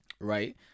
right